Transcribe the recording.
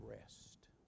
rest